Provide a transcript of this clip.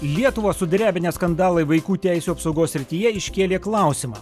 lietuvą sudrebinę skandalai vaikų teisių apsaugos srityje iškėlė klausimą